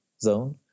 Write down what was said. zone